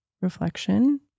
reflection